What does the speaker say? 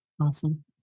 Awesome